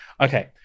Okay